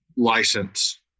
License